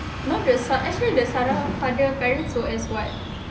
you know the sara actually the sara father parents work as what